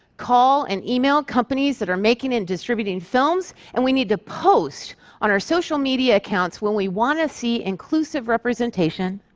call and email companies that are making and distributing films, and we need to post on our social media accounts when we want to see inclusive representation,